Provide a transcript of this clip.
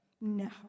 No